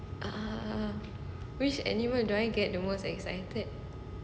um which animal do I get the most excited